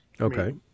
Okay